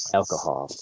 alcohol